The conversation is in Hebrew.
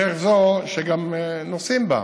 דרך זו, שגם נוסעים בה,